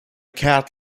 cat